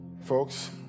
Folks